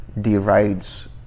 derides